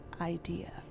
idea